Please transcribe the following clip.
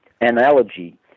analogy